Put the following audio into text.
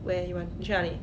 where you want 你去哪里